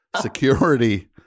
security